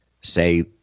say